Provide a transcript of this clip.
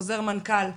חוזר מנכ"ל,